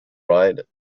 ride